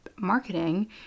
marketing